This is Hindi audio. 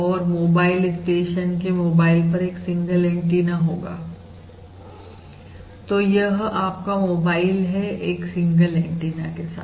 और मोबाइल स्टेशन के मोबाइल पर एक सिंगल एंटीना होगा तो यह आपका मोबाइल है एक सिंगल एंटीना के साथ